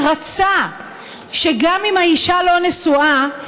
רצה שגם אם האישה לא נשואה,